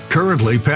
Currently